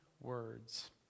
words